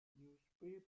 newspapers